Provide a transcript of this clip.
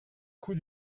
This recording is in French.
coût